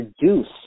reduce